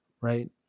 right